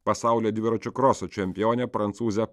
pasaulio dviračių kroso čempionė prancūzė